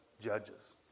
judges